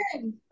good